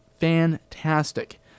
fantastic